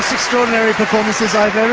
extraordinary performances i've ever